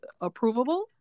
approvable